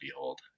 behold